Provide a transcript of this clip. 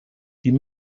die